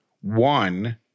one